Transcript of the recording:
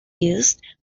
used